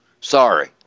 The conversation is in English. sorry